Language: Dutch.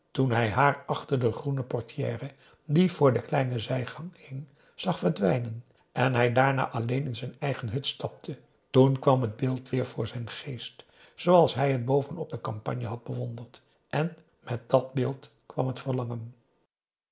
toen hij haar achter de groene portière die voor den kleinen zijgang hing zag verdwijnen en hij daarna alleen in zijn eigen hut stapte toen kwam het beeld weer voor zijn geest zooals hij het boven op de kampanje had bewonderd en met dat beeld kwam t verlangen